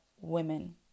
women